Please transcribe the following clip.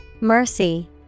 Mercy